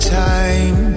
time